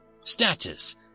Status